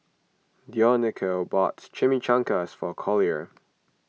Dionicio bought Chimichangas for Collier